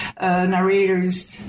narrators